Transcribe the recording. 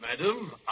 Madam